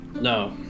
No